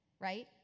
Right